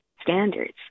standards